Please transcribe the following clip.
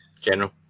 general